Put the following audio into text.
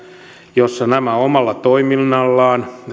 jossa nämä omalla toiminnallaan